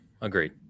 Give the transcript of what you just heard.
Agreed